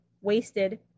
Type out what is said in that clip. Wasted